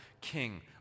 king